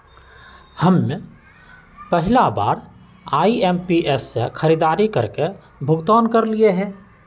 हम पहिला बार आई.एम.पी.एस से खरीदारी करके भुगतान करलिअई ह